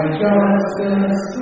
justice